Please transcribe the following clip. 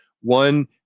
One